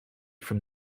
from